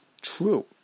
true